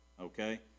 okay